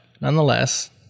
nonetheless